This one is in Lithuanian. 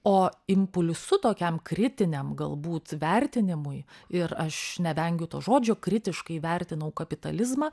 o impulsu tokiam kritiniam galbūt vertinimui ir aš nevengiu to žodžio kritiškai vertinau kapitalizmą